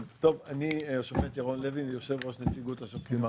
אני חושב שהנושא הזה מצדיק דיון יותר עמוק,